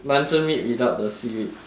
luncheon meat without the seaweed